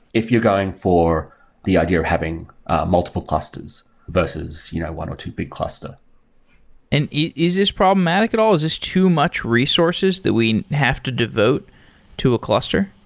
if you're going for the idea of having multiple clusters, versus you know one or two big cluster and is this problematic at all? is this too much resources that we have to devote to a cluster?